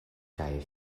kaj